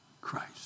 Christ